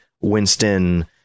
winston